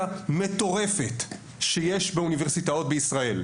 מטורפת שיש באוניברסיטאות בישראל,